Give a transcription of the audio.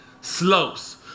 slopes